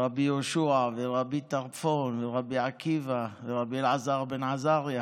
רבי יהושע ורבי טרפון ורבי עקיבא ורבי אלעזר בן עזריה